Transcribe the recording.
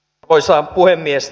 arvoisa puhemies